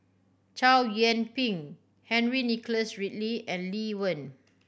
Chow Yian Ping Henry Nicholas Ridley and Lee Wen